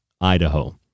Idaho